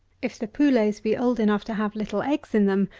if the poulets be old enough to have little eggs in them,